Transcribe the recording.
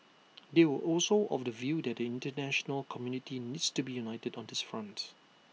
they were also of the view that the International community needs to be united on this front